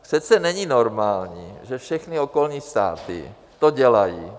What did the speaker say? Přece není normální, že všechny okolní státy to dělají.